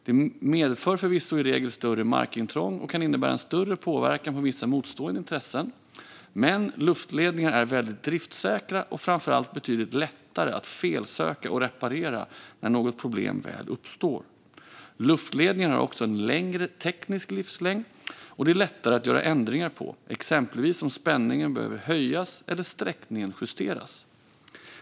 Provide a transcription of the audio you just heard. De medför förvisso i regel ett större markintrång och kan innebära en större påverkan på vissa motstående intressen, men luftledningar är väldigt driftssäkra och framför allt betydligt lättare att felsöka och reparera när något problem väl uppstår. Luftledningar har också en längre teknisk livslängd, och de är lättare att göra ändringar på, exempelvis om spänningen behöver höjas eller sträckningen justeras.